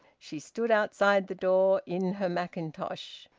she stood outside the door in her mackintosh.